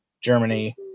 Germany